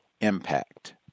impact